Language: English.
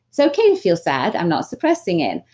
so okay to feel sad. i'm not suppressing it,